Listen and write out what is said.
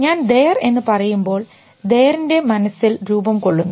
ഞാൻ ദെയർ എന്ന് പറയുമ്പോൾ T H E R E എൻറെ മനസ്സിൽ രൂപം കൊള്ളുന്നു